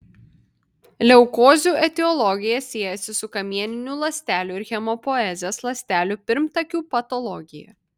leukozių etiologija siejasi su kamieninių ląstelių ir hemopoezės ląstelių pirmtakių patologija